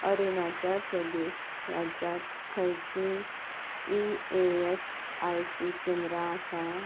अरुणाचल प्रदेश राज्यांत खंयचींय E S I C केंद्रां आसा